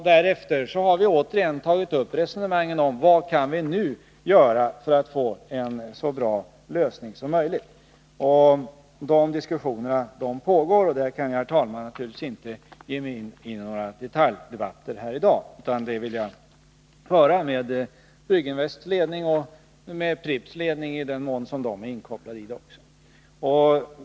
Därefter har vi återigen tagit upp resonemangen om vad vi nu kan göra för att få en så bra lösning som möjligt. De diskussionerna pågår, och därför kan jag naturligtvis inte, herr talman, ge mig in i några detaljdebatter här i dag. Jag vill höra med Brygginvests ledning och med Pripps ledning, i den mån man är inkopplad.